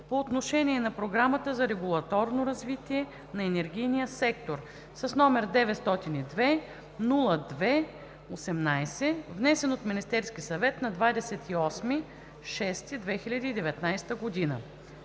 по отношение на Програмата за регулаторно развитие на енергийния сектор, № 902-02-18, внесен от Министерския съвет на 28 юни 2019 г.